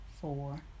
four